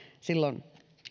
silloin